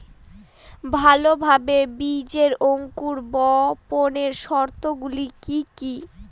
ভালোভাবে বীজের অঙ্কুর ভবনের শর্ত গুলি কি কি?